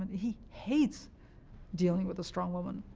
he hates dealing with a strong woman,